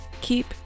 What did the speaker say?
Keep